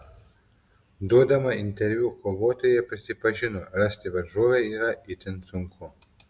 duodama interviu kovotoja prisipažino rasti varžovę yra itin sunku